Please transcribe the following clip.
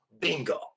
bingo